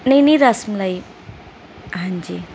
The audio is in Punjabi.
ਨਹੀਂ ਨਹੀਂ ਰਸਮਲਾਈ ਹਾਂਜੀ